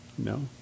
No